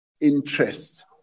interest